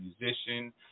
musician